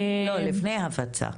לא, לפני ההפצה.